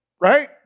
Right